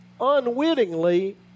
unwittingly